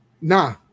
Nah